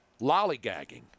lollygagging